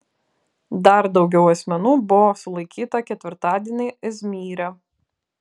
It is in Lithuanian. dar daugiau asmenų buvo sulaikyta ketvirtadienį izmyre